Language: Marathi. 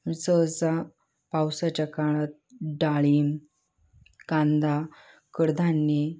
सहसा पावसाच्या काळात डाळिंब कांदा कडधान्ये